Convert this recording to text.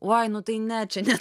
oj tai ne čia net